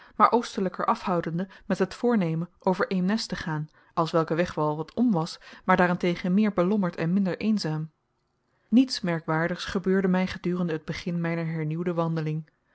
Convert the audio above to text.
maar oostelijker afhoudende met het voornemen over eemnes te gaan als welke weg wel wat om was maar daar-en-tegen meer belommerd en minder eenzaam niets merkwaardigs gebeurde mij gedurende het begin mijner hernieuwde wandeling